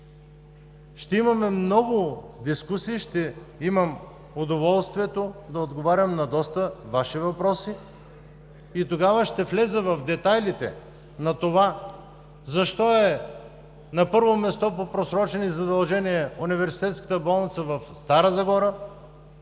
Ще имаме много дискусии, ще имам удоволствието да отговарям на доста Ваши въпроси. Тогава ще вляза в детайлите на това защо на първо място по просрочени задължения е Университетската болница в Стара Загора,